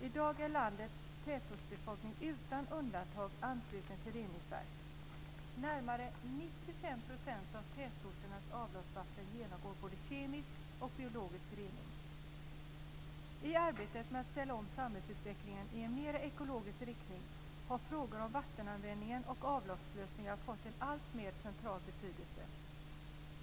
I dag är landets tätortsbefolkning utan undantag ansluten till reningsverk. Närmare 95 % av tätorternas avloppsvatten genomgår både kemisk och biologisk rening. I arbetet med att ställa om samhällsutvecklingen i en mer ekologisk riktning har frågor om vattenanvändningen och avloppslösningar fått en alltmer central betydelse.